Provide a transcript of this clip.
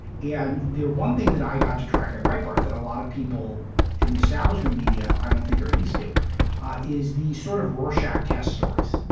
and the one thing that i got to track at breitbart that a lot of people in the establishment media i don't think are used to is the sort of rorschach-test stories.